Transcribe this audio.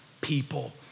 people